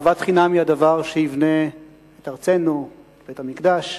אהבת חינם היא הדבר שיבנה את ארצנו, את המקדש.